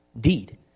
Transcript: deed